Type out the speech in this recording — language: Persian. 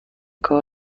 کار